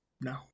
No